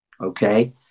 okay